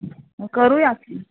हो करूया कि